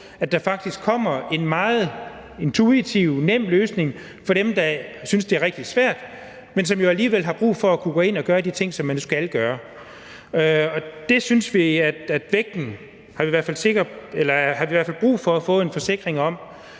at der faktisk kommer en meget intuitiv, nem løsning for dem, der synes, det er rigtig svært, men som jo alligevel har brug for at kunne gå ind og gøre de ting, som man nu skal gøre. Vi har i hvert fald brug for at få en forsikring om,